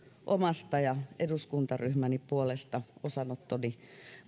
omasta ja eduskuntaryhmäni puolesta osanottoni